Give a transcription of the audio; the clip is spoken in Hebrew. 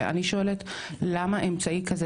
ואני שואלת למה אמצעי כזה,